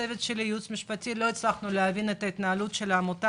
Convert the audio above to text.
הצוות של הייעוץ המשפטי לא הצליח להבין את ההתנהלות של העמותה.